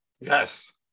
Yes